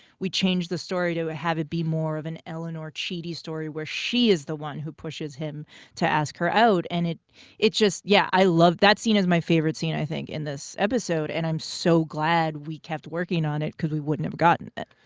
we changed the story to ah have it be more of an eleanor chidi story, where she is the one who pushes him to ask her out. and it it just yeah, i love that scene is my favorite scene, i think, in this episode, and i'm so glad we kept working on it, cause we wouldn't have gotten it.